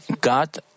God